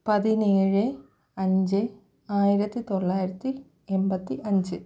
പതിനേഴ് അഞ്ച് ആയിരത്തി തൊള്ളായിരത്തി എണ്പത്തി അഞ്ച്